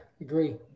agree